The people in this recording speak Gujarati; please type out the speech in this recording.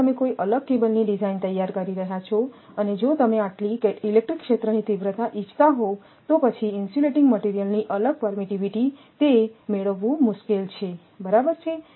ધારો કે તમે કોઈ અલગ કેબલની ડિઝાઇન તૈયાર કરી રહ્યા છો અને જો તમે આટલી ઇલેક્ટ્રિક ક્ષેત્રની તીવ્રતા ઇચ્છતા હોવ તો પછી ઇન્સ્યુલેટીંગ મટિરિયલની અલગ પરમિટિવિટી તે મેળવવું મુશ્કેલ છે બરાબર